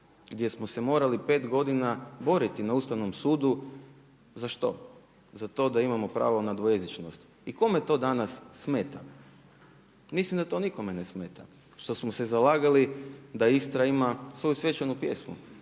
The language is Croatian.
gdje smo se morali pet godina boriti na Ustavnom sudu. Za što? Za to da imamo pravo na dvojezičnost. I kome to danas smeta? Mislim da to nikome ne smeta što smo se zalagali da Istra ima svoju svečanu pjesmu.